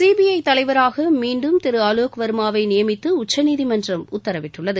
ச்பிற்ற தலைவராக மீண்டும் திரு ஆலோக் வர்மாவை நியமித்து உச்சநீதிமன்றம் உத்தரவிட்டுள்ளது